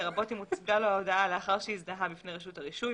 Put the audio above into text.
לרבות אם הוצגה לו ההודעה לאחר שהזדהה בפני רשות הרישוי.